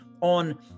on